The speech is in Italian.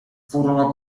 furono